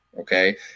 Okay